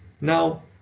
Now